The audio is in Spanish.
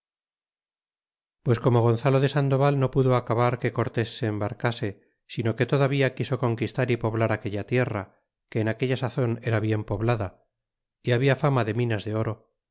pues corno gonzalo de sandoval no pudo aca bar que cortés se embarcase sino que todavía quiso conquistar y poblar aquella tierra que en aquella sazon era bien poblada y habla fama de minas de oro